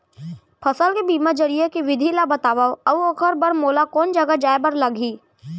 फसल के बीमा जरिए के विधि ला बतावव अऊ ओखर बर मोला कोन जगह जाए बर लागही?